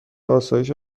آسایش